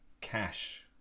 cash